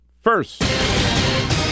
first